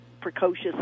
precocious